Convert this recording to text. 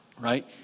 Right